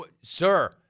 Sir